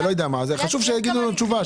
אז חשוב שייתנו לנו את התשובה,